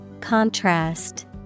Contrast